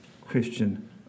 Christian